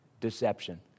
deception